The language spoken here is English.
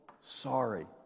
sorry